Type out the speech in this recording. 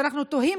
ואנחנו תוהים,